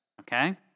okay